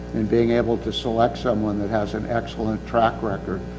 and being able to select someone that has an excellent track record,